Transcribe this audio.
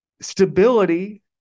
stability